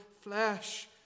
flesh